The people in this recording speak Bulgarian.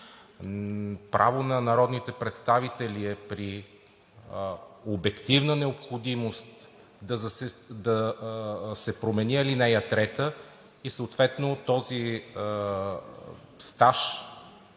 Право на народните представители е при обективна необходимост да се промени ал. 3 и съответно този стаж